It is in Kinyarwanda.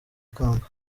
ikamba